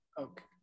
Okay